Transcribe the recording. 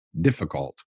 difficult